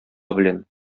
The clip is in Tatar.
белән